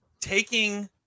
taking